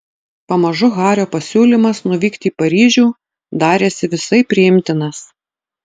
pamažu hario pasiūlymas nuvykti į paryžių darėsi visai priimtinas